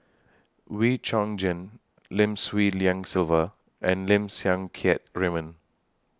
Wee Chong Jin Lim Swee Lian Sylvia and Lim Siang Keat Raymond